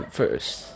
first